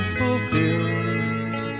fulfilled